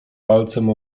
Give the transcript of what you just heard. palcem